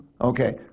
Okay